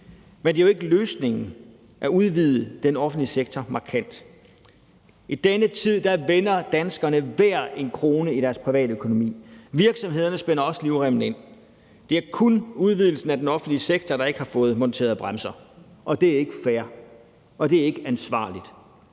men det er jo ikke løsningen at udvide den offentlige sektor markant. I denne tid vender danskerne hver en krone i deres privatøkonomi. Virksomhederne spænder også livremmen ind. Det er kun udvidelsen af den offentlige sektor, der ikke har fået monteret bremser, og det er ikke fair, og det er ikke ansvarligt.